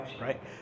right